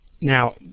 Now